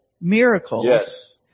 miracles